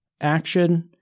action